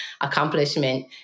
accomplishment